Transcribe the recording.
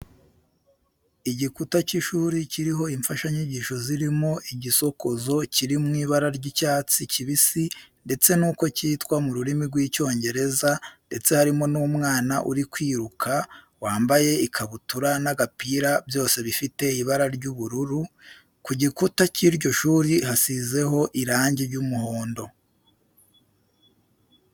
Igkuta cy'ishuri kiriho imfashanyigisho zirimo: igisokozo kiri mu ibara ry'icyatsi kibisi ndetse n'uko cyitwa mu rurimi rw'Icyongereza ndetse harimo n'umwana uri kwiruka, wambaye ikabutura n'agapira byose bifite ibara ry'ubururu. Ku gikuta cy'iryo shuri hasizeho irange ry'umuhondo.